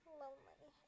lonely